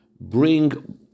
bring